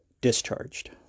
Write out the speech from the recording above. discharged